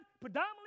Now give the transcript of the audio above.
predominantly